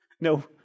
no